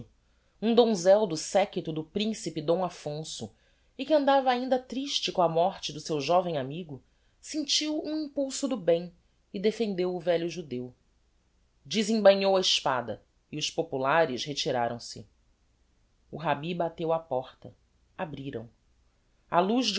um donzel do séquito do principe dom affonso e que andava ainda triste com a morte do seu joven amigo sentiu um impulso do bem e defendeu o velho judeu desembainhou a espada e os populares retiraram-se o rabbi bateu á porta abriram á luz